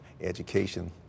education